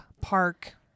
park